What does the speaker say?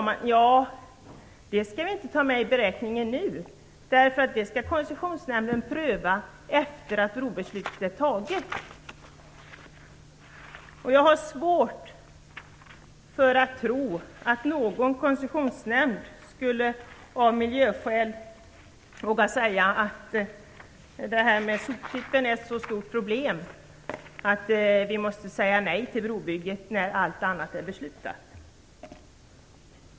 Jo, man sade: Det skall vi inte ta med i beräkningen nu, därför att det skall Koncessionsnämnden pröva efter det att brobeslutet är taget. Jag har svårt att tro att en koncessionsnämnd av miljöskäl skulle våga säga att det här med soptippen är ett så stort problem att vi måste säga nej till brobygget när allt annat är beslutat.